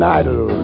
idol